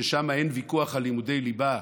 ששם אין ויכוח על לימודי ליבה,